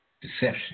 deception